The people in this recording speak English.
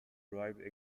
bribed